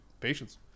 Patience